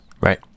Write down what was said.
Right